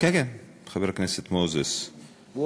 חבר הכנסת מוזס, כן, כן.